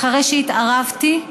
אחרי שהתערבתי,